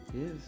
yes